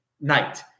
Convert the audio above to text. night